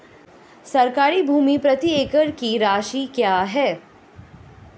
सरकारी भूमि प्रति एकड़ की राशि क्या है?